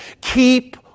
Keep